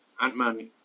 Ant-Man